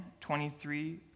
23